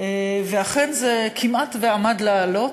ואכן זה כמעט עמד לעלות,